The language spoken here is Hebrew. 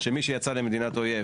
שמי שיצא למדינת אויב,